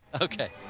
Okay